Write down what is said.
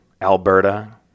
Alberta